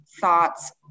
thoughts